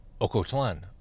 Ocotlan